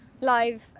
live